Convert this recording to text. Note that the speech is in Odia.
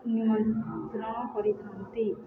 ନି ଗ୍ରହଣ କରିଥାନ୍ତି